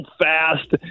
fast